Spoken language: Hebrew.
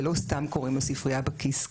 ולא סתם קוראים לו ספרייה בכיס,